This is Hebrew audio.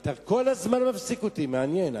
אתה כל הזמן מפסיק אותי, מעניין.